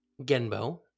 Genbo